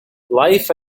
life